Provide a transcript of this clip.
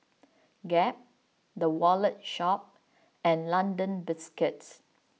Gap The Wallet Shop and London Biscuits